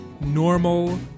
normal